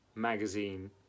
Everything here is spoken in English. magazine